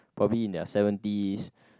probably in their seventies